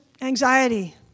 anxiety